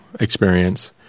experience